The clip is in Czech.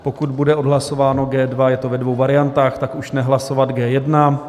Pokud bude odhlasováno G2, je to ve dvou variantách, tak už nehlasovat G1.